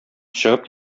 чыгып